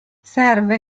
serve